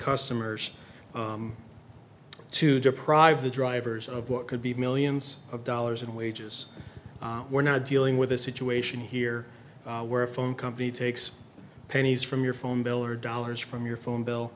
customers to deprive the drivers of what could be millions of dollars in wages we're now dealing with a situation here where a phone company takes pennies from your phone bill or dollars from your phone bill